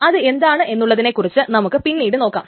അത് എന്താണ് എന്നുള്ളതിനെ കുറിച്ച് നമുക്ക് പിന്നീട് നോക്കാം